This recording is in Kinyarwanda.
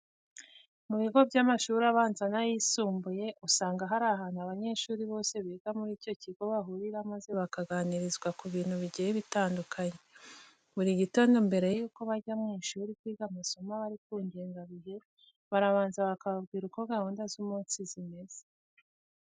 Mu bigo by'amashuri abanza n'ayisumbuye usanga hari ahantu abanyeshuri bose biga muri icyo kigo bahurira maze bakaganirizwa ku bintu bigiye bitandukanye. Buri gitondo mbere yuko bajya mu ishuri kwiga amasomo aba ari ku ngengabihe, barabanza bakababwira uko gahunda z'umunsi zimeze.